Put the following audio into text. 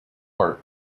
part